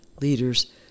Leaders